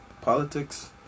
politics